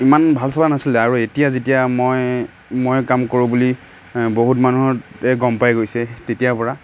ইমান ভাল চলা নাছিলে আৰু এতিয়া যেতিয়া মই মই কাম কৰোঁ বুলি বহুত মানুহ গ'ম পাই গৈছে তেতিয়াৰপৰা